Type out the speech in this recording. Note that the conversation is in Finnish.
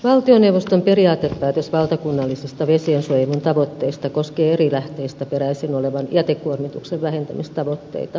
valtioneuvoston periaatepäätös valtakunnallisista vesiensuojelun tavoitteista koskee eri lähteistä peräisin olevan jätekuormituksen vähentämistavoitteita